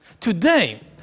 Today